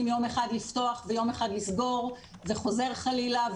יום אחד לפתוח ויום אחד לסגור וחוזר חלילה,